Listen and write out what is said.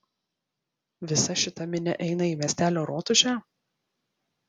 visa šita minia eina į miestelio rotušę